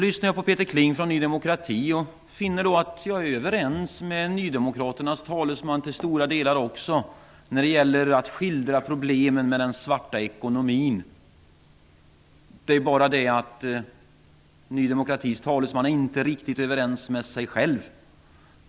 Jag är också till stora delar överens med Peter Kling från Ny demokrati när det gäller att skildra problemen med den svarta ekonomin. Det är bara det att Ny demokratis talesman inte är riktigt överens med sig själv.